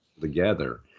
together